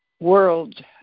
world